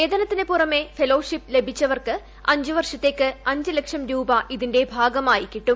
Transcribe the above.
വേതനത്തിന് പുറമെ ഫെല്ലോഷിപ്പ് ലഭിച്ചവർക്ക് അഞ്ച് വർഷത്തേയ്ക്ക് അഞ്ച് ലക്ഷം രൂപ ഇതിന്റെ ഭാഗമായി കിട്ടും